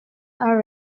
are